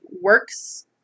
works